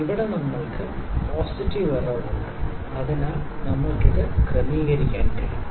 ഇവിടെ നമ്മൾക്ക് positive error ഉണ്ട് അതിനാൽ നമ്മൾക്ക് ഇത് ക്രമീകരിക്കാൻ കഴിയും